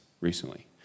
recently